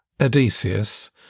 Odysseus